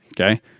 okay